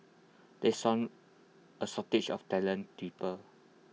there is sun A shortage of talented people